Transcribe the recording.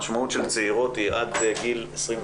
המשמעות של צעירות היא עד גיל 25,